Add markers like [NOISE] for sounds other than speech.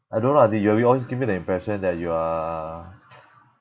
I don't know lah the you you always give me the impression that you are [NOISE]